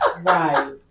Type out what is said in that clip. Right